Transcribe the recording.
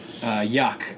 yuck